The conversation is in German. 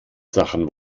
sachen